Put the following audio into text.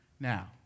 Now